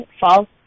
false